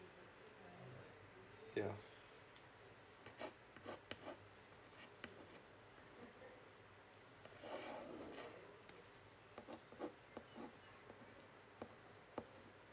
ya